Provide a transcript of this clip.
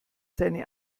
seine